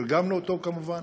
תרגמנו אותו כמובן.